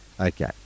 Okay